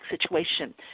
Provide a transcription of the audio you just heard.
situation